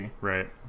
Right